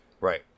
Right